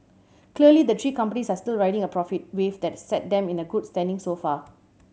clearly the three companies are still riding a profit wave that set them in the good standing so far